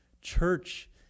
Church